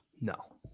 No